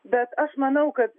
bet aš manau kad